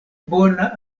bona